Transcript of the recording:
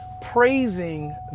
praising